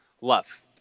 Love